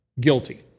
guilty